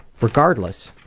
regardless,